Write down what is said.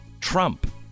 Trump